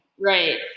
right